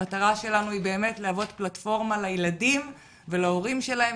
המטרה שלנו היא להוות פלטפורמה לילדים ולהורים שלהם,